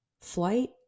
flight